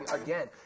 again